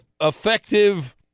effective